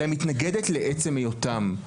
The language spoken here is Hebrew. אלא היא מתנגדת לעצם היותם.